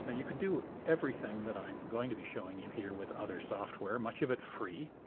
and you could do everything that i'm going to be showing you here with other software, much of it free.